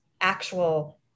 actual